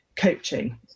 coaching